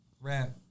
rap